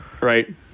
Right